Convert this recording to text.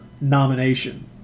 nomination